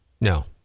No